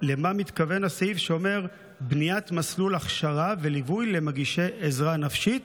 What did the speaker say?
למה מתכוון הסעיף שאומר "בניית מסלול הכשרה וליווי למגישי עזרה נפשית"?